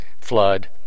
flood